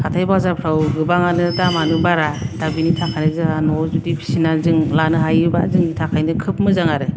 हाथाय बाजारफ्राव गोबाङानो दामानो बारा दा बेनि थाखाय जोंहा न'आव बिदि फिसिना जों लानो हायोब्ला जोंनि थाखायनो खोब मोजां आरो